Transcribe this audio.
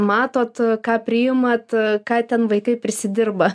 matot ką priimat ką ten vaikai prisidirba